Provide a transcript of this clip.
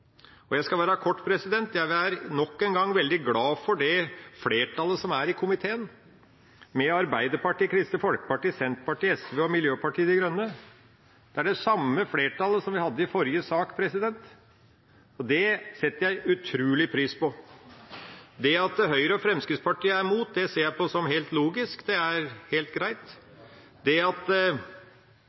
Jeg skal være kort: Jeg er nok en gang veldig glad for det flertallet som er i komiteen, med Arbeiderpartiet, Kristelig Folkeparti, Senterpartiet, Sosialistisk Venstreparti og Miljøpartiet De Grønne. Det er det samme flertallet som vi hadde i forrige sak. Det setter jeg utrolig stor pris på. Det at Høyre og Fremskrittspartiet er imot, ser jeg på som helt logisk. Det er helt greit. Det at